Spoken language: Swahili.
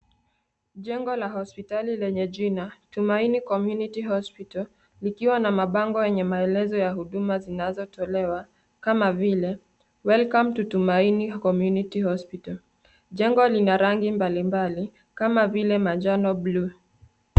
Jengo la hospitali lenye jina, TUMAINI COMMUNITY HOSPITAL, likiwa na mabango yenye maelezo ya huduma zinazotolewa, kama vile, WELCOME TO TUMAINI COMMUNITY HOSPITAL.Jengo lina rangi mbalimbali,,kama vile majano bluu.